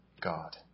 God